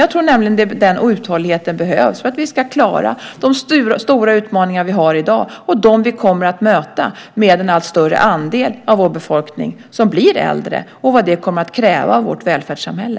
Jag tror nämligen att den uthålligheten behövs för att vi ska klara de stora utmaningar som vi har i dag och som vi kommer att möta när en allt större andel av vår befolkning blir äldre med allt vad det kommer att kräva av vårt välfärdssamhälle.